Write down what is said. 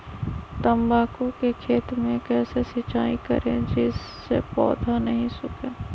तम्बाकू के खेत मे कैसे सिंचाई करें जिस से पौधा नहीं सूखे?